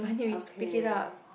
okay